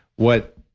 what.